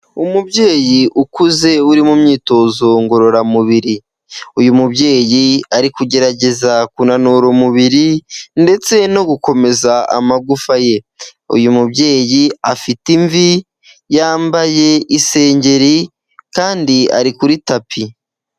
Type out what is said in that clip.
Umubyeyi ukuze, uri mu myitozo ngororamubiri. Uyu mubyeyi ari kugerageza kunanura umubiri, ndetse no gukomeza amagufa ye. Uyu mubyeyi afite imvi, yambaye isengeri, kandi ari kuri tapi.